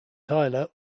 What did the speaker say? tyler